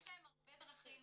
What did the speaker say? יש להם הרבה דרכים,